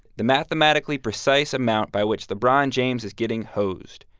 the mathematically precise amount by which lebron james is getting hosed.